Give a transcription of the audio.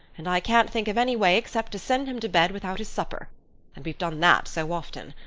and i can't think of any way except to send him to bed without his supper and we've done that so often.